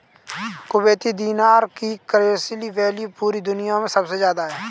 Kuwaiti दीनार की currency value पूरी दुनिया मे सबसे ज्यादा है